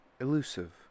elusive